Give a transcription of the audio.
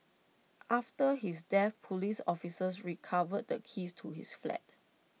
after his death Police officers recovered the keys to his flat